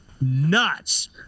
nuts